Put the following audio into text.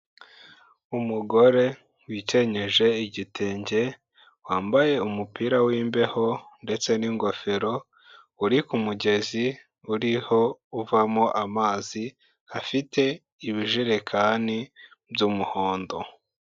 Umugore wikenyeje igitenge, wambaye umupira w'imbeho ndetse n'ingofero, uri ku mugezi uriho uvamo amazi, afite ibijerekani by'umuhondo.